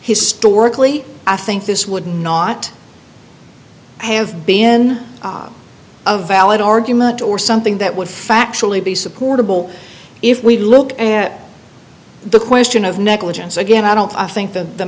historically i think this would not have been a valid argument or something that would factually be supportable if we look at the question of negligence again i don't i think th